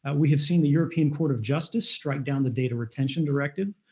ah we have seen the european court of justice strike down the data retention directive,